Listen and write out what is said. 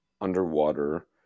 underwater